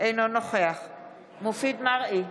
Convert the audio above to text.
אינו נוכח מופיד מרעי,